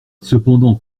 cependant